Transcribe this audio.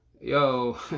yo